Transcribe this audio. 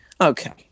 Okay